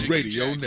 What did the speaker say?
Radio